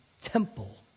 temple